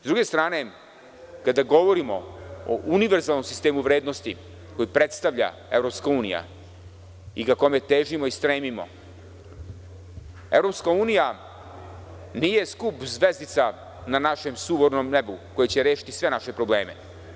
S druge strane, kada govorimo o univerzalnom sistemu vrednosti koji predstavlja EU i ka kome težimo i stremimo, EU nije skup zvezdica na našem sumornom nebu, koji će rešiti sve naše probleme.